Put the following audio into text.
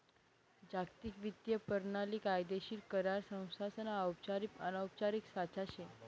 जागतिक वित्तीय परणाली कायदेशीर करार संस्थासना औपचारिक अनौपचारिक साचा शे